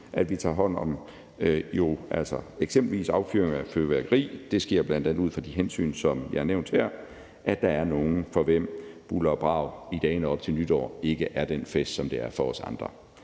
at vi tager hånd om eksempelvis affyring af fyrværkeri. Det sker bl.a. ud fra de hensyn, som jeg nævnte, altså at der er nogle, for hvem bulder og brag i dagene op til nytår ikke er den fest, som det er for os andre.